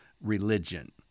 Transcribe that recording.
religion